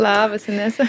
labas inesa